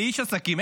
לאיש עסקים,